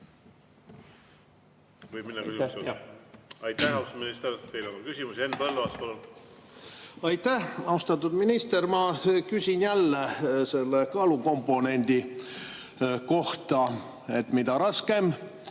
Põlluaas, palun! Aitäh, austatud minister! Teile on ka küsimusi. Henn Põlluaas, palun! Aitäh! Austatud minister! Ma küsin jälle selle kaalukomponendi kohta, et mida raskem,